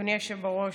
אדוני היושב בראש.